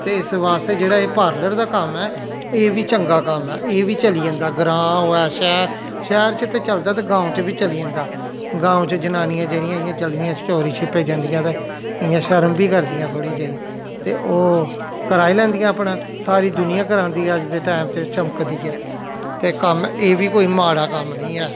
ते इस बास्ते जेहड़ा एह् पार्लर दा कम्म ऐ एह् बी चंगा कम्म ऐ एह् बी चली जंदा ग्रां होवे शैह्र शैह्र च ते चलदा ते गांव च बी चली जंदा गांव च जनानियां जेह्ड़ियां इ'यां चली दियां चोरी छप्पे जंदियां ते इ'यां शर्म बी करदियां थोड़ी जेही ते ओह् कराई लैंदियां अपना सारी दुनिया करांदी ऐ अज्ज दे टाइम च चमकदी ऐ ते कम्म एह् बी कोई माड़ा कम्म निं है